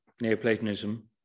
Neoplatonism